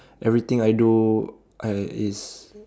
everything I do I is